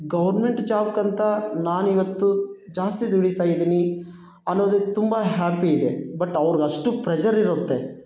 government ಜಾಬ್ಕಿಂತ ನಾನಿವತ್ತು ಜಾಸ್ತಿ ದುಡೀತ ಇದ್ದೀನಿ ಅನ್ನೋದು ತುಂಬ ಹ್ಯಾಪಿ ಇದೆ ಬಟ್ ಅವ್ರ್ಗೆ ಅಷ್ಟು ಪ್ರೆಷರ್ ಇರುತ್ತೆ